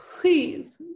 Please